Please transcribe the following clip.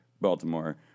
Baltimore